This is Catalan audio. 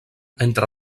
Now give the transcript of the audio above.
entre